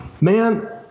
man